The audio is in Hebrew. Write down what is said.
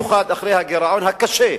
במיוחד אחרי הגירעון הקשה,